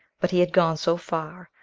but he had gone so far,